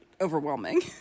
Overwhelming